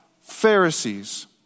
Pharisees